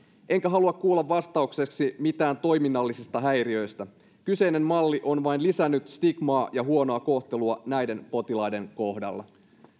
enkä halua kuulla vastaukseksi mitään toiminnallisista häiriöistä kyseinen malli on vain lisännyt stigmaa ja huonoa kohtelua näiden potilaiden kohdalla